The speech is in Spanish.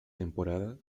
temporada